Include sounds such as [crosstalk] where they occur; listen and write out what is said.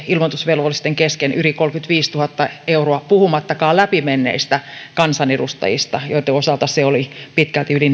ilmoitusvelvollisten kesken yli kolmekymmentäviisituhatta euroa puhumattakaan läpi menneistä kansanedustajista joitten osalta se oli pitkälti yli [unintelligible]